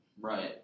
Right